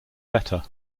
better